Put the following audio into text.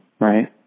right